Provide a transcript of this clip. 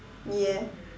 yes